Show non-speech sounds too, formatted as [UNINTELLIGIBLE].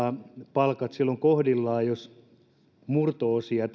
palkat silloin kohdillaan jos valtionyrityksessä henkilöstö tienaa murto osia [UNINTELLIGIBLE]